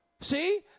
See